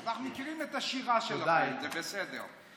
אנחנו מכירים את השירה שלכם, זה בסדר.